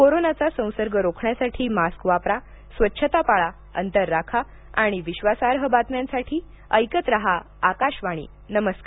कोरोनाचा संसर्ग रोखण्यासाठी मास्क वापरा स्वच्छता पाळा अंतर राखा आणि विश्वासार्ह बातम्यांसाठी ऐकत रहा आकाशवाणी नमस्कार